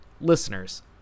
listeners